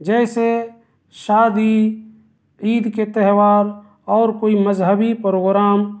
جیسے شادی عید کے تہوار اور کوئی مذہبی پروگرام